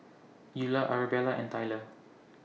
Eulah Arabella and Tyler